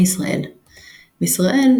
בישראל בישראל,